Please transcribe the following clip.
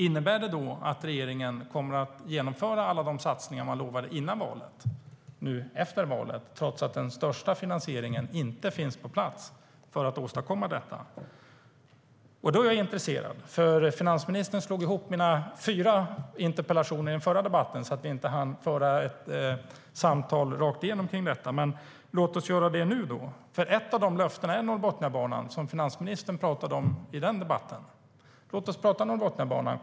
Innebär det att regeringen nu efter valet kommer att genomföra alla de satsningar man lovade före valet trots att den största finansieringen för att åstadkomma detta inte finns på plats? Då blir jag intresserad, för finansministern slog ihop mina fyra interpellationer i den förra debatten så att vi inte hann föra ett genomgripande samtal om detta. Låt oss göra det nu. Ett av löftena är nämligen Norrbotniabanan, som finansministern talade om i den debatten. Låt oss prata om Norrbotniabanan!